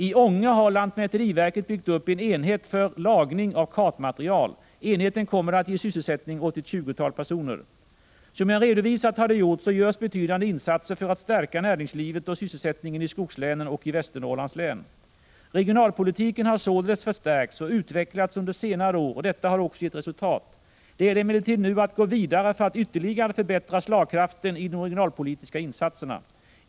I Ånge har lantmäteriverket byggt upp en enhet för lagning av kartmaterial. Enheten kommer att ge sysselsättning åt ett tjugotal personer. Som jag redovisat har det gjorts och görs betydande insatser för att stärka näringslivet och sysselsättningen i skogslänen och i Västernorrlands län. Regionalpolitiken har således förstärkts och utvecklats under senare år och detta har också gett resultat. Det gäller emellertid nu att gå vidare för att ytterligare förbättra slagkraften i de regionalpolitiska insatserna.